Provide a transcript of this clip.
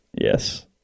Yes